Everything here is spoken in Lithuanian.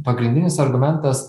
pagrindinis argumentas